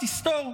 תסתור.